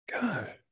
God